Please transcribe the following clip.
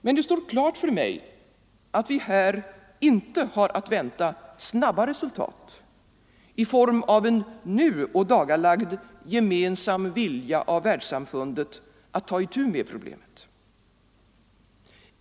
Men det står klart för mig att vi här inte har att vänta snabba resultat, i form av en nu ådagalagd gemensam vilja av världssamfundet att ta itu med problemet.